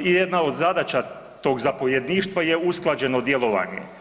i jedna od zadaća tog zapovjedništva je usklađeno djelovanje.